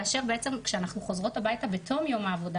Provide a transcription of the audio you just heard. כאשר בעצם כשאנחנו חוזרות הביתה בתום יום העבודה